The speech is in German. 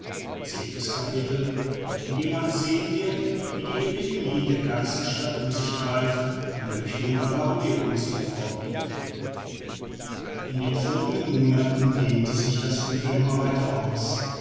zehntes capitel in dem man sehen wird wie die epidemie in der ganzen stadt um sich greift und welch wunderbare wirkung sie hervorbringt in den folgenden monaten dehnte sich das uebel immer weiter aus